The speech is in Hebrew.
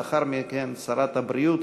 לאחר מכן שרת הבריאות,